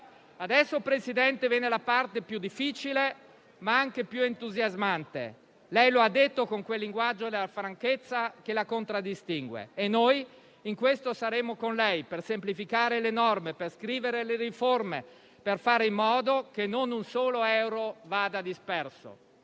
Adesso, Presidente, viene la parte più difficile, ma anche più entusiasmante. Lei lo ha detto con quel linguaggio della franchezza che la contraddistingue e noi in questo saremo con lei, per semplificare le norme, per scrivere le riforme, per fare in modo che non un solo euro vada disperso.